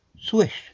swish